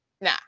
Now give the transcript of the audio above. Nah